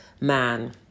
man